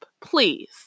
please